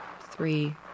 three